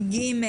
ג',